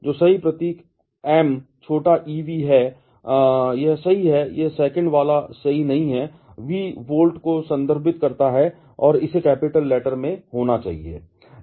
तो सही प्रतीक M छोटा e V है यह सही है यह second wala सही नहीं है V वोल्ट को संदर्भित करता है और इसे Capital letter में होना चाहिए